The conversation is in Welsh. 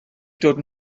dod